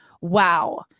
Wow